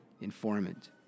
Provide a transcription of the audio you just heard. informant